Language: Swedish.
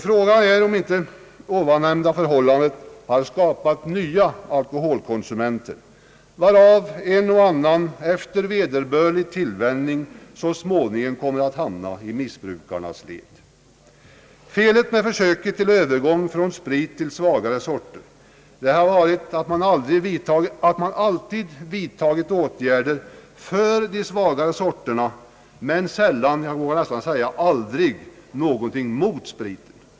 Frågan är om inte detta förhållande har skapat nya alkoholkonsumenter, varav en och annan efter vederbörlig tillvänjning så småningom kommer att hamna i missbrukarnas led. Felet med försöket till övergång från sprit till svagare sorter har varit att man alltid vidtagit åtgärder för de svagare sorterna men sällan eller aldrig någonting mot spriten.